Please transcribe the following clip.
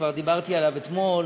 וכבר דיברתי על כך אתמול,